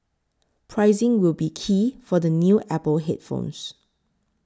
pricing will be key for the new Apple headphones